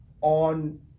on